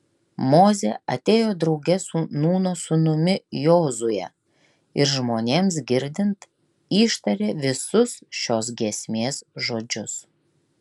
mozė atėjo drauge su nūno sūnumi jozue ir žmonėms girdint ištarė visus šios giesmės žodžius